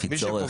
לפי צורך?